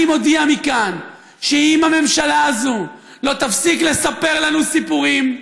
אני מודיע מכאן שאם הממשלה הזאת לא תפסיק לספר לנו סיפורים,